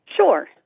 Sure